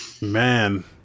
Man